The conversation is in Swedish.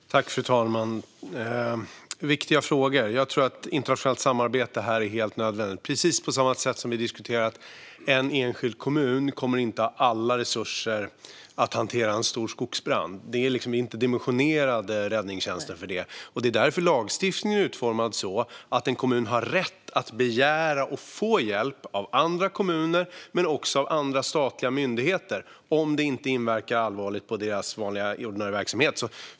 Fru talman! Det här är viktiga frågor där internationellt samarbete är helt nödvändigt. Det är precis som med kommunerna, som vi diskuterade. En enskild kommun kommer inte att ha alla resurser att hantera en stor skogsbrand. Räddningstjänsterna är inte dimensionerade för det. Det är därför lagstiftningen är utformad så att en kommun har rätt att begära och få hjälp av andra kommuner men också av statliga myndigheter om det inte inverkar allvarligt på dessas ordinarie verksamhet.